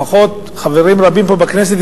לפחות חברים רבים פה בכנסת,